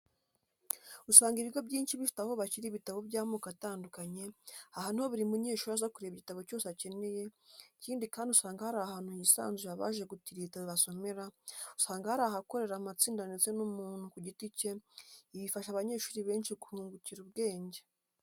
Usanga ibigo byinshi bifite aho bashyira ibitabo by'amoko atandukanye, aha ni ho buri munyeshuri aza kureba igitabo cyose akeneye, ikindi kandi usanga hari ahantu hisanzuye abaje gutira ibitabo basomera, usanga hari ahakorera amatsinda ndetse n'umuntu ku giti cye, ibi bifasha abanyeshuri benshi kuhungukira ubwenge.